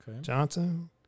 Johnson